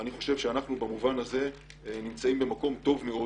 אני חושב שאנחנו במובן הזה נמצאים במקום טוב מאוד